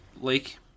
lake